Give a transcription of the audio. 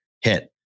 Hit